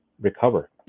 recover